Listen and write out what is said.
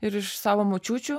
ir iš savo močiučių